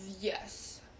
yes